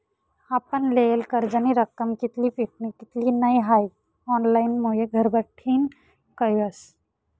आपण लेयेल कर्जनी रक्कम कित्ली फिटनी कित्ली नै हाई ऑनलाईनमुये घरबठीन कयस